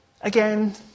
Again